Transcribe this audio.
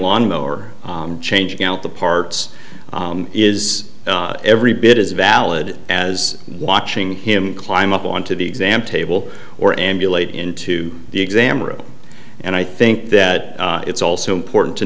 lawn mower changing out the parts is every bit as valid as watching him climb up on to the exam table or emulate into the exam room and i think that it's also important to